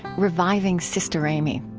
reviving sister aimee.